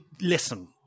Listen